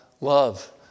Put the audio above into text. love